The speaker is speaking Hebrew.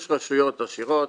יש רשויות עשירות,